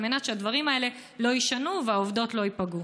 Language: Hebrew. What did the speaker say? על מנת שהדברים האלה לא יישנו והעובדות לא ייפגעו?